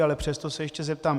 Ale přesto se ještě zeptám: